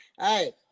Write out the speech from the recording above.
Hey